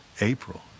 April